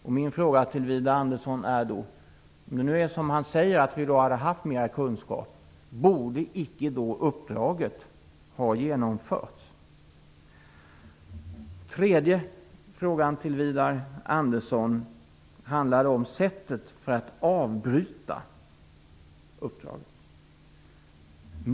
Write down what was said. Om det nu är som Widar Andersson säger att vi då hade haft mera kunskap är min fråga till honom: Borde icke uppdraget ha genomförts? Den tredje frågan till Widar Andersson handlar om sättet att avbryta uppdraget.